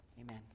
Amen